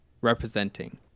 representing